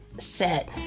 set